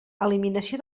eliminació